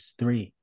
three